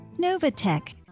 Novatech